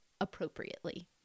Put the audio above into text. appropriately